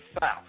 South